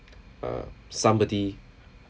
uh somebody